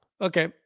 Okay